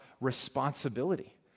responsibility